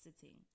sitting